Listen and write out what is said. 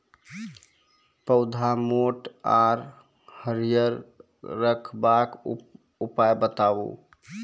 पौधा मोट आर हरियर रखबाक उपाय बताऊ?